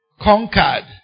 conquered